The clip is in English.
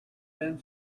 been